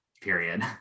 period